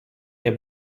nie